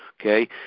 Okay